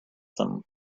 them